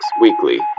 weekly